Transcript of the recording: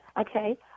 Okay